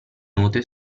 note